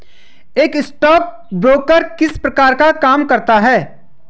एक स्टॉकब्रोकर किस प्रकार का काम करता है?